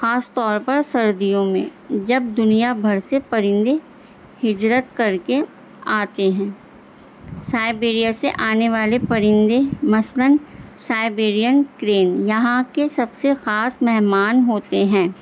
خاص طور پر سردیوں میں جب دنیا بھر سے پرندے ہجرت کر کے آتے ہیں سائبرییا سے آنے والے پرندے مثلاً سائبرین کررین یہاں کے سب سے خاص مہمان ہوتے ہیں